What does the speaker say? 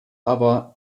aber